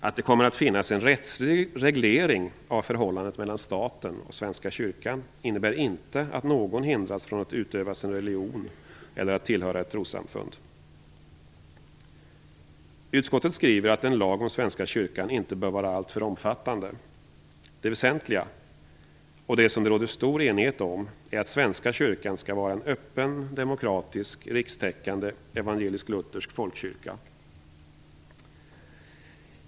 Att det kommer att finnas en rättslig reglering av förhållandet mellan staten och Svenska kyrkan innebär inte att någon hindras att utöva sin religion eller att tillhöra ett trossamfund. Utskottet skriver att en lag om Svenska kyrkan inte bör vara alltför omfattande. Det väsentliga, och det som det råder stor enighet om, är att Svenska kyrkan skall vara en öppen, demokratisk, rikstäckande och evangelisk-luthersk folkkyrka.